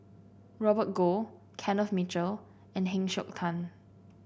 Robert Goh Kenneth Mitchell and Heng Siok Tian